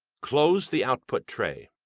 close the output tray.